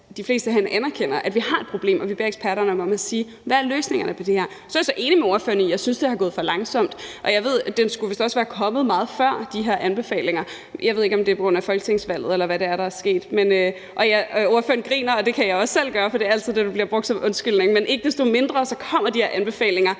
herinde anerkender, at vi har et problem, og at vi beder eksperterne om at sige, hvad der er løsningerne på det. Så er jeg enig med ordføreren i, at det er gået for langsomt, og at de her anbefalinger vist også skulle være kommet meget før. Jeg ved ikke, om det er på grund af folketingsvalget, eller hvad det er, der er sket, og ordføreren griner, og det kan jeg også selv gøre. For det er altid det, der bliver brugt som en undskyldning. Men ikke desto mindre kommer de her anbefalinger